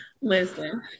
Listen